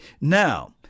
Now